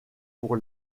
pour